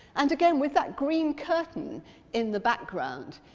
and again, with that green curtain in the background,